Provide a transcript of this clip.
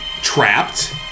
trapped